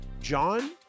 John